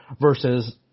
versus